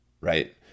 right